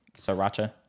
Sriracha